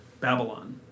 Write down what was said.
Babylon